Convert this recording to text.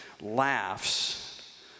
laughs